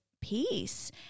peace